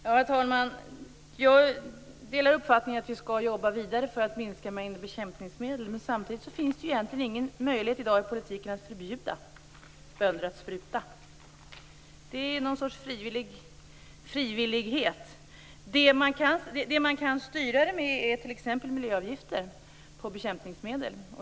Herr talman! Jag delar uppfattningen att vi skall jobba vidare för att minska mängden bekämpningsmedel, men samtidigt finns det egentligen ingen möjlighet i dag i politiken att förbjuda bönder att spruta. Det råder någon sorts frivillighet där. Det man kan styra det med är t.ex. miljöavgifter på bekämpningsmedel.